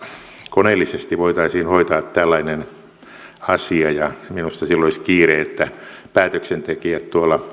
koneellisesti voitaisiin hoitaa tällainen asia minusta sillä olisi kiire että päätöksentekijät